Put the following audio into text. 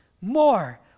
more